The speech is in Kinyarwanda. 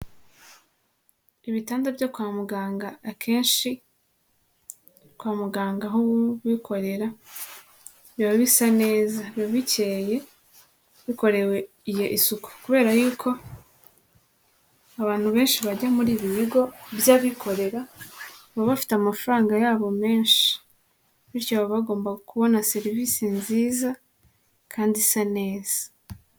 Ibitanda byo kwa muganga akenshi kwa muganga aho ubikorera biba bisa neza biba bikeye bikorewe isuku kubera yuko abantu benshi bajya muri ibi bigo by'abikorera baba bafite amafaranga yabo menshi bityo baba bagomba kubona serivisi nziza kandi isa neza.